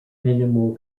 animal